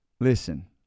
Listen